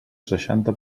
seixanta